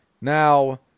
Now